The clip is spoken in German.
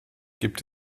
gibt